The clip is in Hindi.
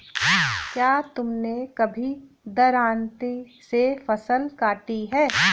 क्या तुमने कभी दरांती से फसल काटी है?